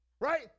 Right